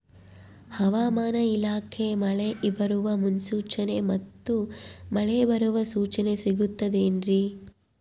ಹವಮಾನ ಇಲಾಖೆ ಮಳೆ ಬರುವ ಮುನ್ಸೂಚನೆ ಮತ್ತು ಮಳೆ ಬರುವ ಸೂಚನೆ ಸಿಗುತ್ತದೆ ಏನ್ರಿ?